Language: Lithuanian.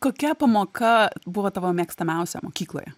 kokia pamoka buvo tavo mėgstamiausia mokykloje